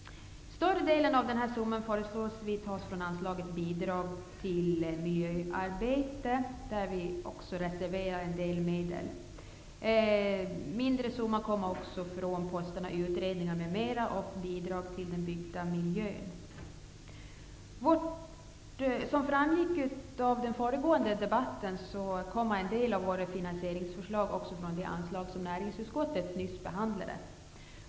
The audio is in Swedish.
Större delen av summan föreslår vi tas från anslaget Bidrag till miljöarbete, där vi har reserverat en del medel. En mindre del av summan föreslås från anslagsposterna Utredningar m.m. och Bidrag till internationellt arbete kring den byggda miljön. Som framgick av den föregående debatten föreslår vi finansiering delvis via det anslag som nyss behandlades i samband med näringsutskottets betänkande.